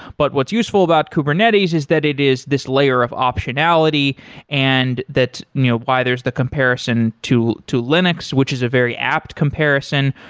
but what's useful about kubernetes is that it is this layer of optionality and that you know why there's the comparison to to linux, which is a very apt comparison,